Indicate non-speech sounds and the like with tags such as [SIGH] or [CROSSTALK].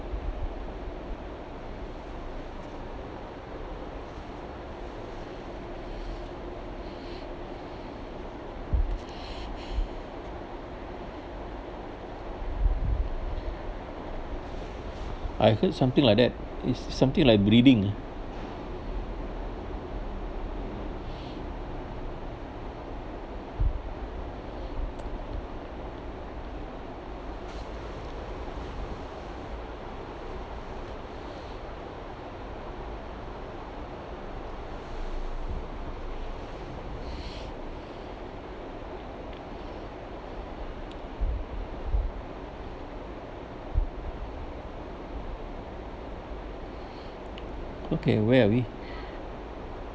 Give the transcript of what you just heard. [BREATH] I heard something like that is something like bleeding okay where are we